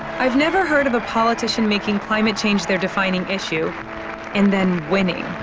i've never heard of a politician making climate change their defining issue and then winning.